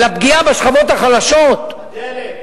על הפגיעה בשכבות החלשות, הדלק.